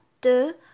de